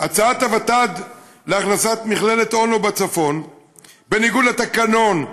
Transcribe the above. הצעת הוות"ת להכנסת מכללת אונו בצפון בניגוד לתקנון,